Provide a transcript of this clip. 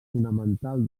fonamental